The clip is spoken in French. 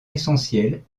essentiels